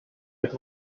but